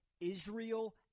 Israel